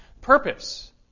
purpose